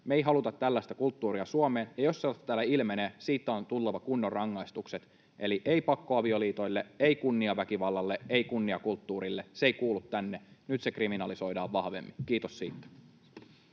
Me emme halua tällaista kulttuuria Suomeen, ja jos se täällä ilmenee, siitä on tuleva kunnon rangaistukset. Eli ei pakkoavioliitoille, ei kunniaväkivallalle, ei kunniakulttuurille. Ne eivät kuulu tänne. Nyt ne kriminalisoidaan vahvemmin. Kiitos siitä.